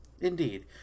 Indeed